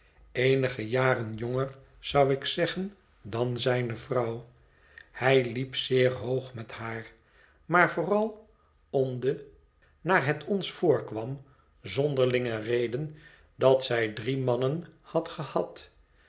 eenige jaren jonger zou ik zeggen dan zijne vrouw hij liep zeer hoog met haar maar vooral om de naar het ons voorkwam zonderlinge reden dat zij drie mannen had gehad